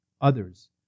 others